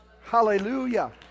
Hallelujah